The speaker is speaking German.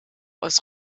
aus